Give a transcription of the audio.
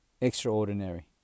extraordinary